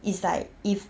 it's like if